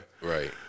Right